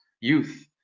youth